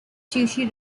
sushi